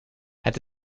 het